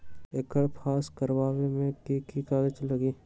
एकर पास करवावे मे की की कागज लगी?